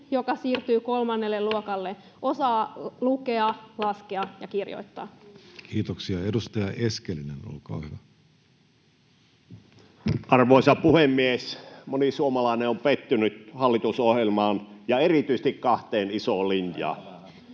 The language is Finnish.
joka siirtyy kolmannelle luokalle, osaa lukea, laskea ja kirjoittaa. Kiitoksia. — Edustaja Eskelinen, olkaa hyvä. Arvoisa puhemies! Moni suomalainen on pettynyt hallitusohjelmaan ja erityisesti kahteen isoon linjaan.